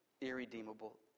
irredeemable